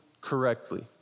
correctly